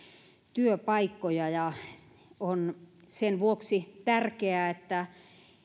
työpaikkoja sen vuoksi on tärkeää että